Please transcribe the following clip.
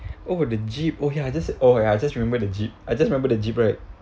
oh the jeep oh ya I just oh I just remember the jeep I just remember the jeep right